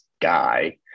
guy